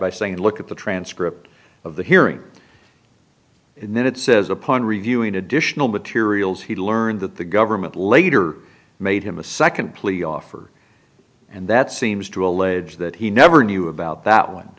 by saying look at the transcript of the hearing and then it says upon reviewing additional materials he learned that the government later made him a second plea offer and that seems to allege that he never knew about that